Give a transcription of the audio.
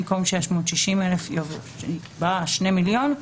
במקום "660,000" בא "2,000,000".